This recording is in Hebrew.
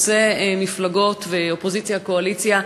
חוצה-מפלגות ואופוזיציה קואליציה.